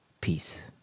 Peace